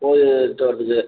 போய்ட்டு வரதுக்கு